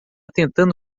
tentando